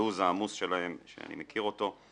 הלו"ז העמוס שלהם, שאני מכיר אותו.